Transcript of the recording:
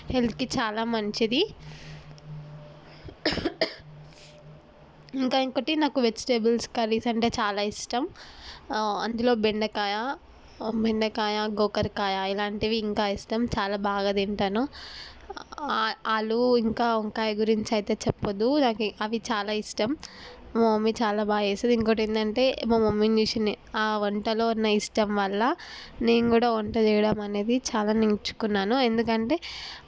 హెల్త్కి చాలా మంచిది ఇంకా ఇంకోటి నాకు వెజిటేబుల్స్ కర్రీస్ అంటే చాలా ఇష్టం అందులో బెండకాయ బెండకాయ గోకరకాయ ఇలాంటివి ఇంకా ఇష్టం చాలా బాగా తింటాను ఆలు ఇంకా వంకాయ గురించి అయితే చేపోద్దు నాకు అవి చాలా ఇష్టం మా మమ్మీ చాలా బాగా చేస్తుంది ఇంకొకటి ఏంటంటే మా మమ్మీని చూసి నే ఆ వంటలో ఉన్న ఇష్టం వల్ల నేను కూడా వంట చేయడం అనేది చాలా నేర్చుకున్నాను ఎందుకంటే